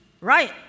right